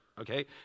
Okay